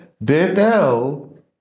Bethel